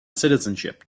citizenship